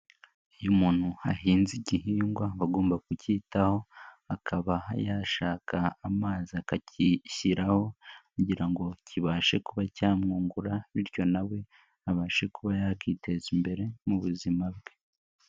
Iyo umuntu ahinze igihingwa aba agomba kucyitaho, akaba yashaka amazi akakishyiraho kugira ngo kibashe kuba cyamwungura, bityo nawe abashe kuba yakiteza imbere mu buzima bwe.